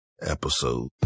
episode